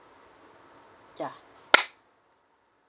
yeah